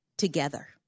together